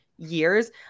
Years